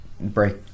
break